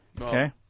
Okay